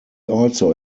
also